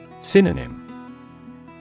Synonym